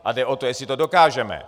A jde o to, jestli to dokážeme!